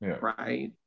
right